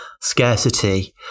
scarcity